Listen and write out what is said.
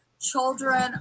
children